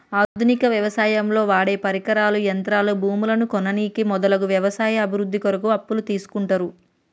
ఆధునిక వ్యవసాయంలో వాడేపరికరాలు, యంత్రాలు, భూములను కొననీకి మొదలగు వ్యవసాయ అభివృద్ధి కొరకు అప్పులు తీస్కుంటరు